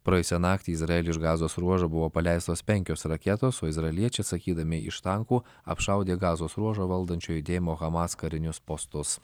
praėjusią naktį į izraelį iš gazos ruožo buvo paleistos penkios raketos o izraeliečiai įsakydami iš tankų apšaudė gazos ruožą valdančio judėjimo hamas karinius postus